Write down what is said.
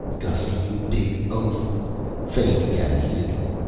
gussy, you big oaf fay began heatedly.